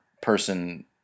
person